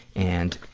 and,